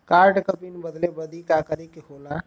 Card क PIN बदले बदी का करे के होला?